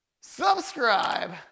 subscribe